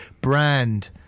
brand